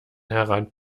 heran